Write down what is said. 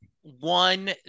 one